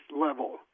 level